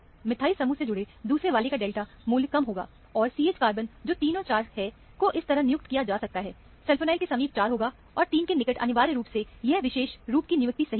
methyl समूह से जुड़े दूसरे वाले का डेल्टा मूल्य कम होगा और CH कार्बन जो 3 और 4 हैं को इस तरह नियुक्त किया जा सकता है सल्फोनील के समीप 4 होगा और 3 के निकट अनिवार्य रूप से यह विशेष रूप की नियुक्ति सही होगी